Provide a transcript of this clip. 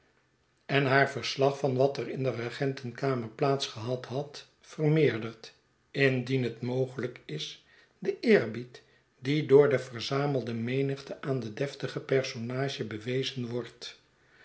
en haar verslag van wat er in de regentenkamer plaats gehad had vermeerdert indien het mogelijk is den eerbied die door de verzamelde menigte aan den deftigen personage bewezen wordt